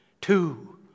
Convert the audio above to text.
two